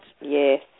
Yes